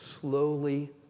slowly